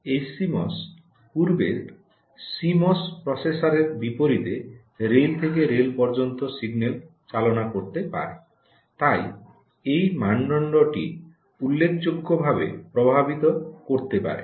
HCMOS পূর্বের CMOS প্রসেসরের বিপরীতে রেল থেকে রেল পর্যন্ত সিগন্যাল চালনা করতে পারে তাই এই মানদণ্ডটি উল্লেখযোগ্যভাবে প্রভাবিত করতে পারে